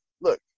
Look